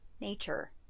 nature